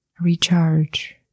recharge